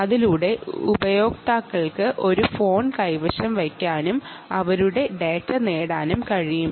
അതിലൂടെ ഉപയോക്താക്കൾക്ക് ഒരു ഫോൺ കൈവശം വയ്ക്കാനും അവരുടെ ഡാറ്റ നേടാനും കഴിയും